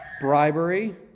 Bribery